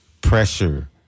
pressure